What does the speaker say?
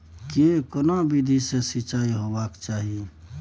के केना विधी सॅ सिंचाई होबाक चाही?